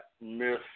Miss